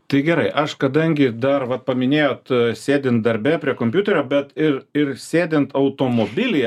tai gerai aš kadangi dar vat paminėjot sėdint darbe prie kompiuterio bet ir ir sėdint automobilyje